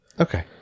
Okay